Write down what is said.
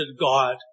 God